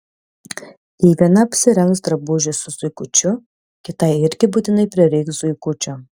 jei viena apsirengs drabužį su zuikučiu kitai irgi būtinai prireiks zuikučio